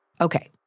Okay